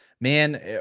Man